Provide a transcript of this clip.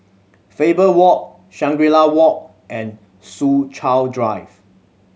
Faber Walk Shangri La Walk and Soo Chow Drive